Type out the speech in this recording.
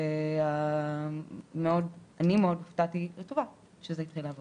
ומאוד הופתעתי לטובה שזה התחיל לעבוד.